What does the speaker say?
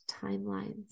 timelines